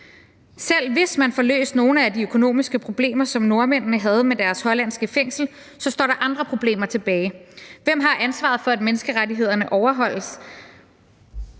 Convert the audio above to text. Selv hvis man får løst nogle af de økonomiske problemer, som nordmændene havde med deres hollandske fængsel, så står der andre problemer tilbage. Hvem har ansvaret for, at menneskerettighederne overholdes?